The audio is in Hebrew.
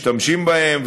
משתמשים בהם,